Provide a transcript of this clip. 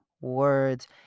words